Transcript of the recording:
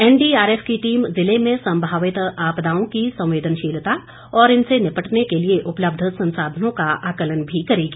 NDRF की team जिले में संभावित आपदाओं की संवेदनशीलता और इनसे निपटने के लिए उपलब्ध संसाधनों का आकंलन भी करेगी